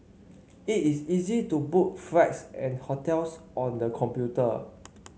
it is easy to book flights and hotels on the computer